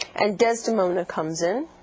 and desdemona comes in.